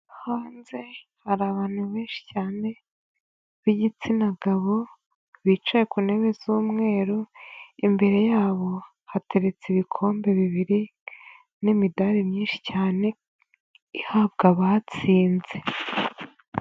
Hanze hari abantu benshi cyane b'igitsina gabo bicaye ku ntebe z'umweru, imbere yabo hateretse ibikombe bibiri n'imidari myinshi cyane ihabwa abatsinze.